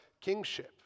kingship